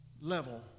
level